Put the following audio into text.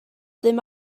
ddim